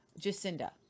Jacinda